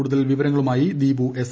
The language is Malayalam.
കൂടുതൽ വിവരങ്ങളുമായി ദീപു എസ്